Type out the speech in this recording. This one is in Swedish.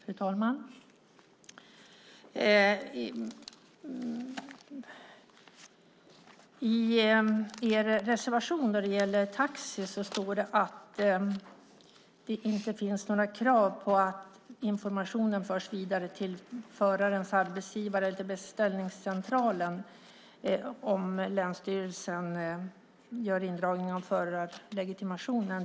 Fru talman! I en reservation som gäller taxi sägs att det inte finns några krav på att informationen förs vidare till förarens arbetsgivare eller till beställningscentralen om länsstyrelsen gör en indragning av förarlegitimationen.